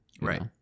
right